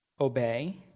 obey